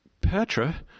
Petra